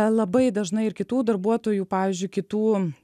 labai dažnai ir kitų darbuotojų pavyzdžiui kitų